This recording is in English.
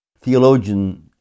Theologian